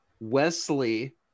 wesley